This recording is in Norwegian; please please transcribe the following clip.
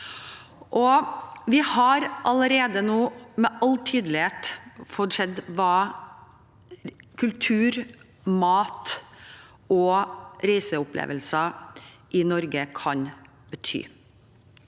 Vi har allerede nå, med all tydelighet, fått se hva kultur-, mat- og reiseopplevelser i Norge kan bety.